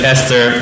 Esther